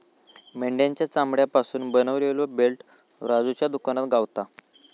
मेंढ्याच्या चामड्यापासून बनवलेलो बेल्ट राजूच्या दुकानात गावता